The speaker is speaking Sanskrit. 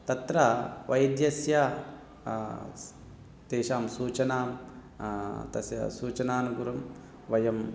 तत्र वैद्यस्य तेषां सूचनां तस्य सूचनानुगुणं वयम्